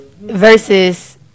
Versus